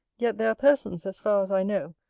yet there are persons, as far as i know,